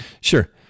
Sure